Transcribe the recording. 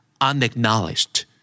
unacknowledged